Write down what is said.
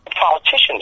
Politicians